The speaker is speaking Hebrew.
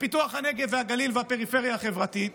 לפיתוח הנגב והגליל והפריפריה החברתית